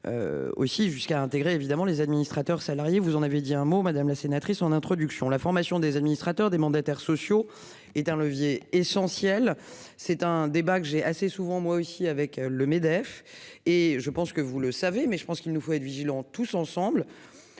Aussi jusqu'à intégrer évidemment les administrateurs salariés vous en avez dit un mot, madame la sénatrice, son introduction, la formation des administrateurs des mandataires sociaux et d'un levier essentiel c'est un débat que j'ai assez souvent moi aussi avec le MEDEF. Et je pense que vous le savez, mais je pense qu'il nous faut être vigilant, tous ensemble.